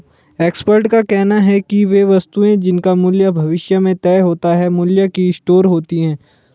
expert का कहना है कि वे वस्तुएं जिनका मूल्य भविष्य में तय होता है मूल्य की स्टोर होती हैं